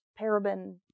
paraben